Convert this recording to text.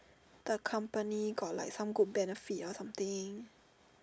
the company got like some good benefit or something